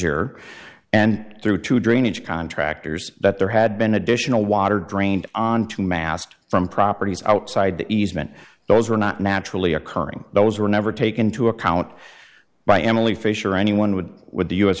year and through two drainage contractors that there had been additional water drained onto mast from properties outside the easement those were not naturally occurring those were never take into account by emily fisher anyone would with the u